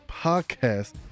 podcast